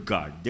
God